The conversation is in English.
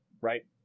right